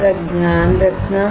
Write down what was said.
तब तक ध्यान रखना